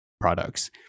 products